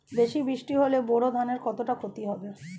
বেশি বৃষ্টি হলে বোরো ধানের কতটা খতি হবে?